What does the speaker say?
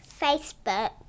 Facebook